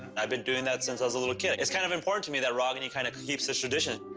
i've been doing that since i was a little kid. it's kind of important to me that ragini kind of keeps this tradition.